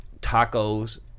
tacos